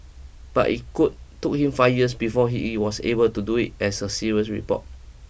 but it could took him five years before it he was able to do it as a serious report